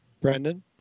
Brandon